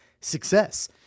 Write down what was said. success